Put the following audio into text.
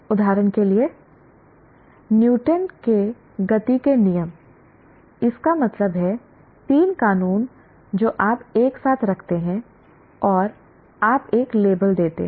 उदाहरण के लिए न्यूटन के गति के नियम इसका मतलब है तीन कानून जो आप एक साथ रखते हैं और आप एक लेबल देते हैं